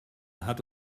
hat